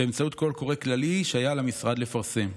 באמצעות קול קורא כללי שהיה על המשרד לפרסם.